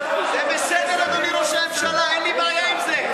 זה בסדר, אדוני ראש הממשלה, אין לי בעיה עם זה.